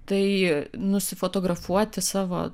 tai nusifotografuoti savo